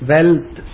Wealth